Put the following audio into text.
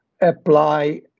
apply